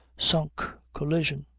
sunk. collision.